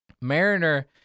Mariner